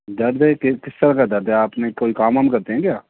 درد ہے کس کس طرح کا درد ہے آپ نے کوئی کام وام کرتے ہیں کیا